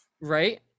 Right